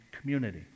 community